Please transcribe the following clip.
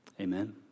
Amen